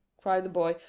cried the boy.